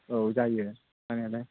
औ जायो जानायालाय